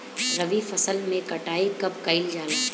रबी फसल मे कटाई कब कइल जाला?